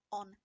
on